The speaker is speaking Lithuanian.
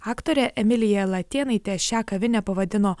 aktorė emilija latėnaitė šią kavinę pavadino